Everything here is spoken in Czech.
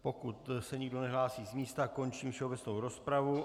Pokud se nikdo nehlásí z místa, končím všeobecnou rozpravu.